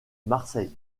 marseille